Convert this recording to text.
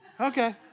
Okay